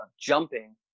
jumping